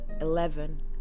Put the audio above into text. Eleven